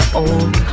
old